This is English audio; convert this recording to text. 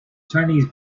chinese